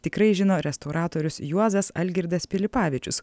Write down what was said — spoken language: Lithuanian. tikrai žino restauratorius juozas algirdas pilipavičius